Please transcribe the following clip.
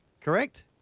correct